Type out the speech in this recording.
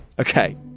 Okay